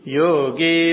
yogi